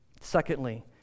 Secondly